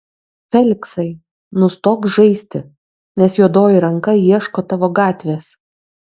feliksai nustok žaisti nes juodoji ranka ieško tavo gatvės